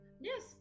Yes